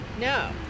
No